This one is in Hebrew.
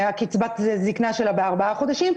לפתע תצטרך לדחות את קבלת קצבת הזקנה שלה בארבעה חודשים,